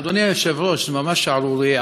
אדוני היושב-ראש, ממש שערורייה.